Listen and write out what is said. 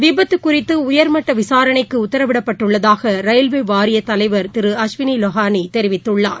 விபத்து குறித்து உயாமட்ட விசாரனைக்கு உத்தரவிடப்பட்டுள்ளதாக ரயில்வே வாரியத் தலைவர் திரு அஸ்வினி லோஹானி தெரிவித்துள்ளார்